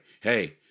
Hey